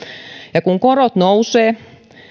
ja kun korot nousevat